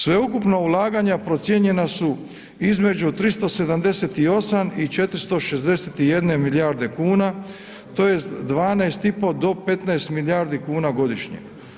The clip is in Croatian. Sveukupno ulaganja procijenjena su između 378 i 461 milijarde kuna tj. 12,5 do 15 milijardi kuna godišnje.